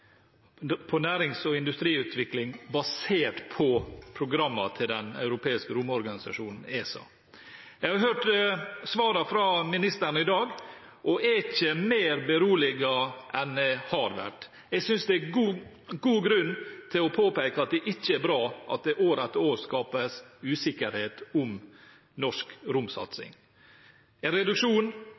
nærings- og industriutvikling basert på programmene til den europeiske romorganisasjonen ESA. Jeg har hørt svarene fra ministeren i dag og er ikke mer beroliget enn jeg har vært. Jeg synes det er god grunn til å påpeke at det ikke er bra at det år etter år skapes usikkerhet om norsk romsatsing. En reduksjon